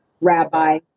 rabbi